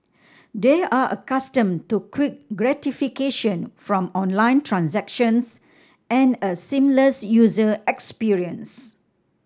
they are accustomed to quick gratification from online transactions and a seamless user experience